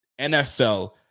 NFL